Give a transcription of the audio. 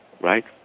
Right